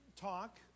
talk